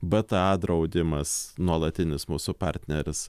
bta draudimas nuolatinis mūsų partneris